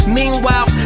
meanwhile